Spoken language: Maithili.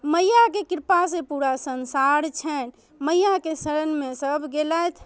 मइआके कृपासँ पूरा संसार छनि मइआके शरणमे सभ गेलथि